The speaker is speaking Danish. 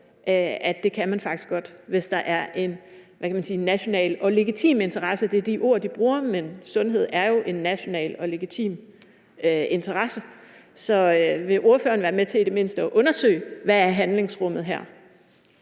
at det kan man faktisk godt, hvis der er en national og legitim interesse? Det er de ord, de bruger; sundhed er jo en national og legitim interesse. Så vil ordføreren i det mindste være med til at undersøge, hvad handlingsrummet er